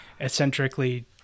eccentrically